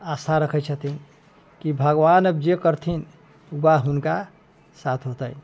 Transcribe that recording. आशा रखै छथिन कि भगवान आब जे करथिन उएह हुनका साथ हेतनि